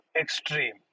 extreme